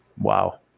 Wow